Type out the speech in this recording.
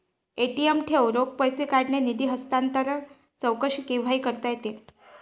ATM ठेव, रोख पैसे काढणे, निधी हस्तांतरण, चौकशी केव्हाही करता येते